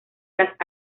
las